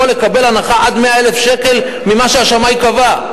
יכול לקבל הנחה עד 100,000 שקל ממה שהשמאי קבע,